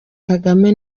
kagame